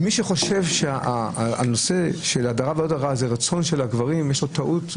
מי שחושב שהדרה זה רצון הגברים, יש לו טעות.